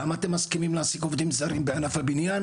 למה מסכימים להעסיק עובדים זרים בענף הבניין